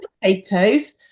potatoes